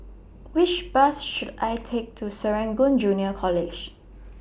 Which Bus should I Take to Serangoon Junior College